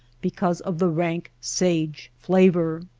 because of the rank sage flavor.